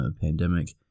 pandemic